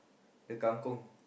the kangkung